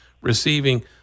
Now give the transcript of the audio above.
receiving